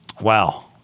Wow